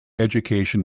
education